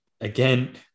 Again